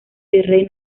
virrey